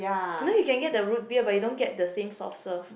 you know you can get the root beer but you don't get the same softserve